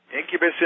Incubus